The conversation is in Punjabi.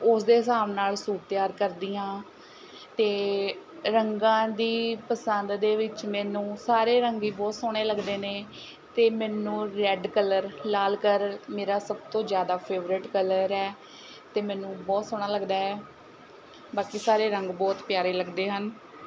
ਉਸ ਦੇ ਹਿਸਾਬ ਨਾਲ਼ ਸੂਟ ਤਿਆਰ ਕਰਦੀ ਹਾਂ ਅਤੇ ਰੰਗਾਂ ਦੀ ਪਸੰਦ ਦੇ ਵਿੱਚ ਮੈਨੂੰ ਸਾਰੇ ਰੰਗ ਹੀ ਬਹੁਤ ਸੋਹਣੇ ਲੱਗਦੇ ਨੇ ਅਤੇ ਮੈਨੂੰ ਰੈੱਡ ਕਲਰ ਲਾਲ ਕਲਰ ਮੇਰਾ ਸਭ ਤੋਂ ਜ਼ਿਆਦਾ ਫੇਵਰਟ ਕਲਰ ਹੈ ਅਤੇ ਮੈਨੂੰ ਬਹੁਤ ਸੋਹਣਾ ਲੱਗਦਾ ਹੈ ਬਾਕੀ ਸਾਰੇ ਰੰਗ ਬਹੁਤ ਪਿਆਰੇ ਲੱਗਦੇ ਹਨ